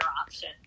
option